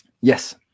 Yes